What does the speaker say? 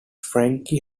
frankie